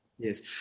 Yes